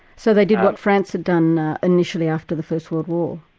so they did what france had done initially after the first world war?